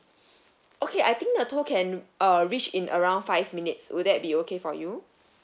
okay I think the tow can uh reach in around five minutes will that be okay for you